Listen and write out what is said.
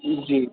जी